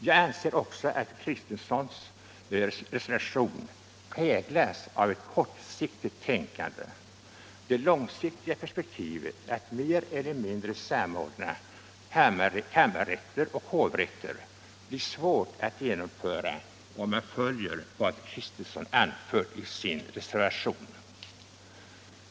Jag anser också att fru Kristenssons reservation präglas av ett kortsiktigt tänkande. Det långsiktiga perspektivet att mer eller mindre samordna kammarrätter och hovrätter blir svårt att förverkliga om man följer vad fru Kristensson anfört i sin reservation.